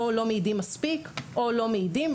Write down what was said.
או לא מעידים מספיק או לא מעידים,